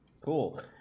Cool